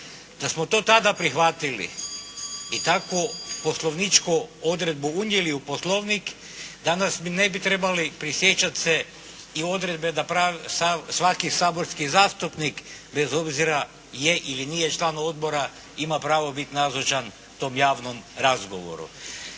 Da smo to tada prihvatili i takvu poslovničku odredbu unijeli u Poslovnik, danas mi ne trebali prisjećat se i odredbe da svaki saborski zastupnik, bez obzora je ili nije član odbora ima pravo biti nazočan tom javnom razgovoru.